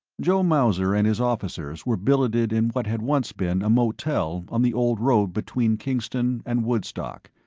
joe mauser and his officers were billeted in what had once been a motel on the old road between kingston and woodstock.